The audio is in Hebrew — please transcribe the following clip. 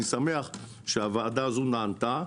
אני שמח שהוועדה הזו נענתה.